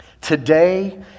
Today